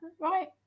right